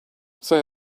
say